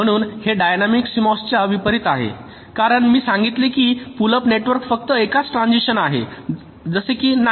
म्हणून हे dynamic CMOS च्या विपरीत आहे कारण मी सांगितले की पुल अप नेटवर्क फक्त एकच ट्रान्सिशन आहे जसे की नाही